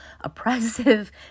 oppressive